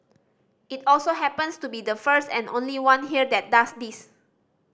it also happens to be the first and only one here that does this